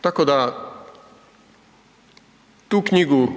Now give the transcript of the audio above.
Tako da tu knjigu